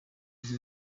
izo